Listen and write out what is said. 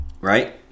right